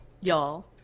y'all